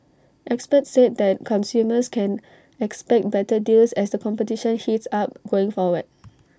experts said that consumers can expect better deals as the competition heats up going forward